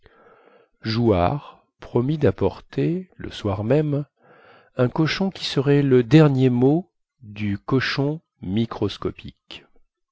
jouard promit dapporter le soir même un cochon qui serait le dernier mot du cochon microscopique